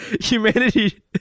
Humanity